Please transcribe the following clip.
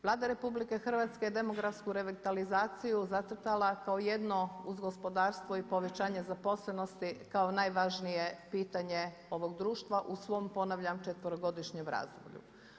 Vlada RH je demografsku revitalizaciju zacrtala kao jedno uz gospodarstvo i povećanje zaposlenosti kao najvažnije pitanje ovog društva u svom ponavljam četverogodišnjem razdoblju.